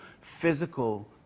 physical